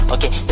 Okay